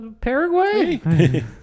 Paraguay